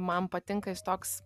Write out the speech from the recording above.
man patinka jis toks